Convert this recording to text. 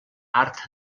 art